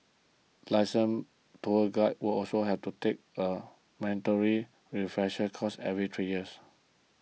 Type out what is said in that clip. licensed tour guides will also have to take a mandatory refresher course every three years